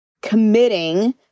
committing